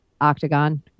octagon